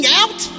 out